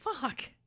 Fuck